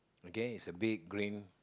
okay is a big green